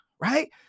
right